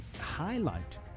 highlight